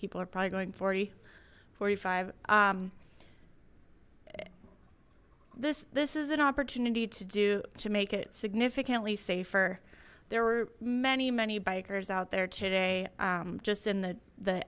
people are probably going forty forty five this this is an opportunity to do to make it significantly safer there were many many bikers out there today just in the the